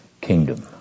kingdom